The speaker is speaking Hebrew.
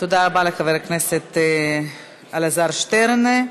תודה רבה לחבר הכנסת אלעזר שטרן.